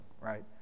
right